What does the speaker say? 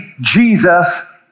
Jesus